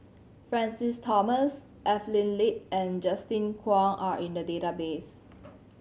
Francis Thomas Evelyn Lip and Justin Zhuang are in the database